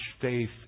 faith